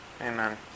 Amen